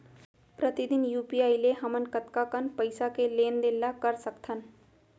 प्रतिदन यू.पी.आई ले हमन कतका कन पइसा के लेन देन ल कर सकथन?